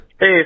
hey